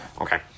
Okay